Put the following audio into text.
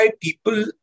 people